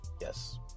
yes